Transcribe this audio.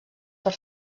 per